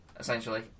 essentially